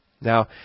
Now